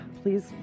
please